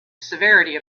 severity